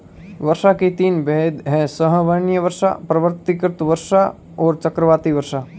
वर्षा के तीन भेद हैं संवहनीय वर्षा, पर्वतकृत वर्षा और चक्रवाती वर्षा